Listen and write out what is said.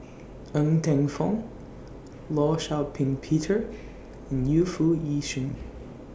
Ng Teng Fong law Shau Ping Peter and Yu Foo Yee Shoon